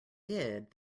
did